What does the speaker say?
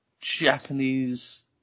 Japanese